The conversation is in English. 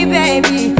baby